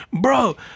Bro